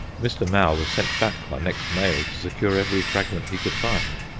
mr. mau was sent back by next mail to secure every fragment he could find.